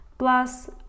Plus